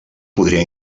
podria